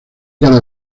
cada